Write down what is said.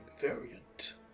variant